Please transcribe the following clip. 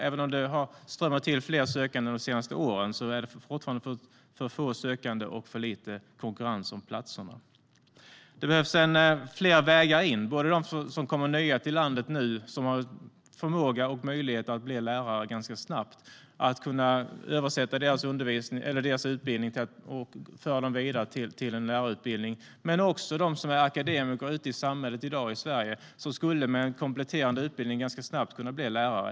Även om det har strömmat till fler sökande under de senaste åren är det fortfarande alltför få sökande och för liten konkurrens om platserna. Det behövs fler vägar in. Det gäller dem som kommer nya till landet nu och som har förmåga och möjlighet att bli lärare ganska snabbt. Vi måste kunna översätta deras utbildning och föra dem vidare till en lärarutbildning. Men det gäller också dem som är akademiker ute i samhället i dag i Sverige och som med en kompletterande utbildning ganska snabbt skulle kunna bli lärare.